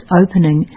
opening